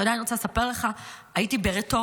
אתה יודע, אני רוצה לספר לך, הייתי ב"רטורנו",